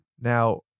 Now